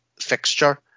fixture